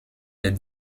des